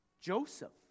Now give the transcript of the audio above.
Joseph